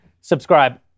subscribe